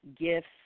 gifts